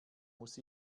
muss